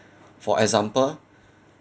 for example